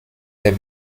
der